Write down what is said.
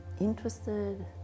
interested